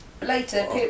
Later